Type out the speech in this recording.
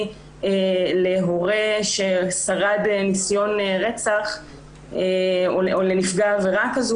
להורה ששרד ניסיון רצח או לנפגע עבירה כזו.